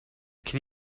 can